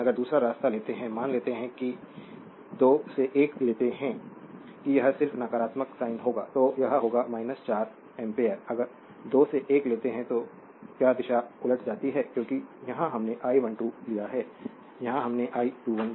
लेकिन अगर दूसरा रास्ता लेते हैं या मान लेते हैं कि 2 से 1 लेते हैं कि यह सिर्फ नकारात्मक साइन होगा तो यह होगा 4 एम्पीयर अगर 2 से 1 लेते हैं तो क्या दिशा उलट जाती है क्योंकि यहां हमने I12 लिया है यहां हमने I21 लिया है